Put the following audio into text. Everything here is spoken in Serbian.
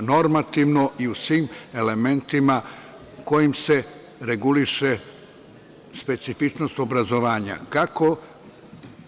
Normativno i u svim elementima kojim se reguliše specifičnost obrazovanja, kako